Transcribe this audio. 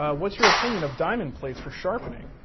what's your opinion of diamond plates for sharpening?